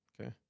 Okay